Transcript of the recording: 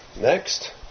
Next